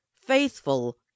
faithful